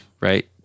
right